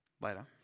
later